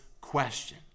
question